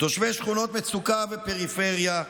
תושבי שכונות מצוקה ופריפריה,